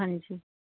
ਹਾਂਜੀ